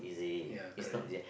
ya correct